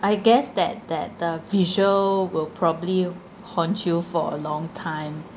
I guess that that the visual will probably haunt you for a long time